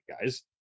guys